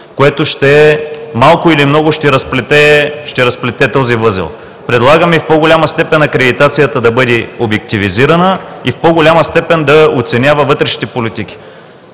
което, малко или много, ще разплете този възел. Предлагаме и в по-голяма степен акредитацията да бъде обективизирана и в по-голяма степен да оценява вътрешните политики.